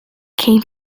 came